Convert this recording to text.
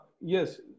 yes